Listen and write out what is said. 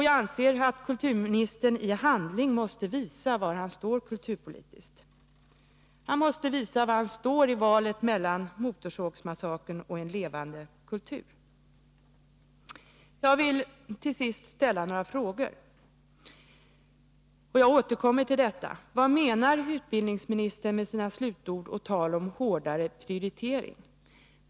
Jag anser att kulturministern i handling måste visa var han står i valet mellan Motorsågsmassakern och en levande kultur. Jag vill till sist ställa ytterligare några frågor. Först återkommer jag till frågan: Vad menar utbildningsministern med sina slutord och sitt tal om hårdare prioritering?